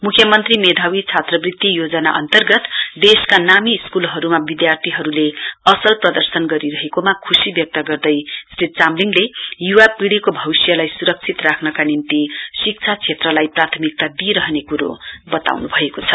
मुख्यमन्त्री मेधावी छात्रवृत्ति योजना अन्तर्गत देशका नामी स्कूलहरूमा विद्यार्थीहरूले असल प्रदर्शन गरिरहेकोमा खुशी व्यक्त गर्दै श्री चामलिङ युवा पिढीको भविष्यलाई सुरक्षित राख्नका निम्ति शिक्षा क्षेत्रलाई प्राथमिकता दिइरहने कुरो बताउनु भएको छ